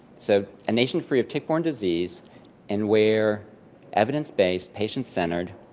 so, a nation free of tick-borne disease and where evidence-based patient-centered